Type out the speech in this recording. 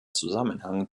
zusammenhang